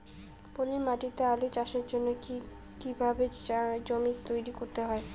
পলি মাটি তে আলু চাষের জন্যে কি কিভাবে জমি তৈরি করতে হয়?